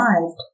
arrived